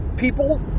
people